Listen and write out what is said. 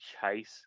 chase